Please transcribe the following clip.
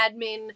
admin